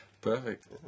perfect